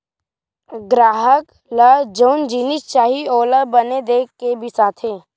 गराहक ल जउन जिनिस चाही ओला बने देख के बिसाथे